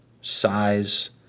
size